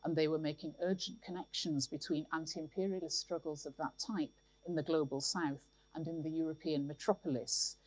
and they were making urgent connections between anti-imperialist struggles of that type in the global south and in the european metropolis.